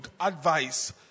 advice